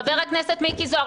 חבר הכנסת מיקי זוהר,